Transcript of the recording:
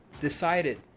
decided